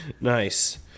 Nice